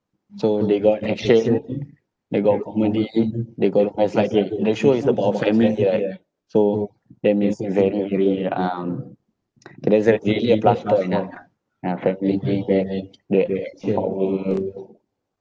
so they got action they got comedy they got the show is about family right so that makes it very very um that's a really ah ah family